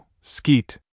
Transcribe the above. Skeet